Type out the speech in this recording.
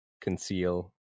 conceal